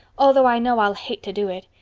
although i know i'll hate to do it.